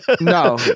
No